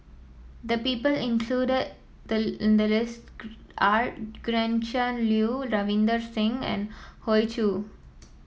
the people included the in the list are Gretchen Liu Ravinder Singh and Hoey Choo